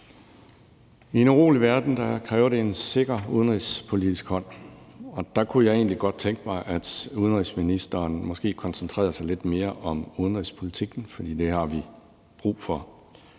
I en urolig verden kræver det en sikker udenrigspolitisk hånd, og der kunne jeg egentlig godt tænke mig, at udenrigsministeren måske koncentrerede sig lidt mere om udenrigspolitikken, for det har vi brug for.